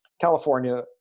California